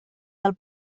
del